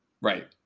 Right